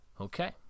Okay